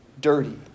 dirty